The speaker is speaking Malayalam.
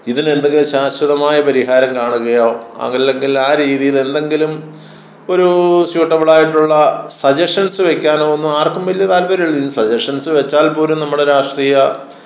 ഇതിന് എന്തെങ്കിലും ശാശ്വതമായ പരിഹാരം കാണുകയോ അത് അല്ലെങ്കിൽ ആ രീതിയിൽ എന്തെങ്കിലും ഒരു സ്യൂട്ടബിൾ ആയിട്ടുള്ള സജഷൻസ് വെക്കാനോ ഒന്നും ആർക്കും വലിയ താൽപ്പര്യം ഇല്ല ഇനി സജഷൻസ് വെച്ചാൽ പോലും നമ്മുടെ രാഷ്ട്രീയ